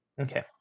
Okay